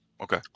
Okay